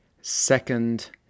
Second